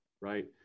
Right